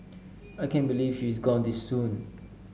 I can't believe she is gone this soon